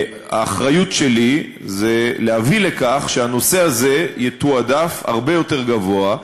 האחריות שלי היא להביא לכך שהנושא הזה יתועדף הרבה יותר גבוה,